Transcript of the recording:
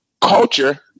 culture